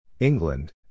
England